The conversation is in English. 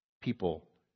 people